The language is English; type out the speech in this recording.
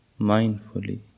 mindfully